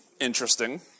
interesting